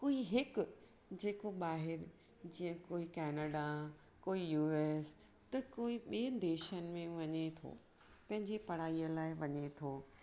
कोई हिक जेको बाहिरि जे कोई केनेडा कोई यूएस कोई ॿियनि देशनि मे वञे थो पंहिजी पढ़ाई लाइ वञे थो